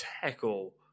tackle